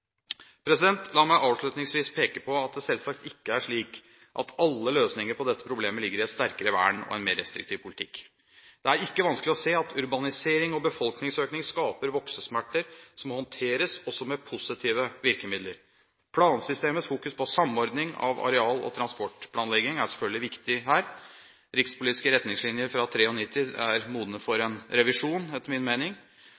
La meg avslutningsvis peke på at det selvsagt ikke er slik at alle løsninger på dette problemet ligger i et sterkere vern og en mer restriktiv politikk. Det er ikke vanskelig å se at urbanisering og befolkningsøkning skaper voksesmerter som må håndteres også med positive virkemidler. Plansystemets fokus på samordning av areal- og transportplanlegging er selvfølgelig viktig her. Rikspolitiske retningslinjer fra 1993 er modne for